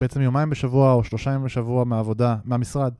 בעצם יומיים בשבוע או שלושה ימים בשבוע מהעבודה, מהמשרד.